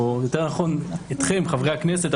חברי הכנסת,